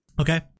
Okay